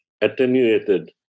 attenuated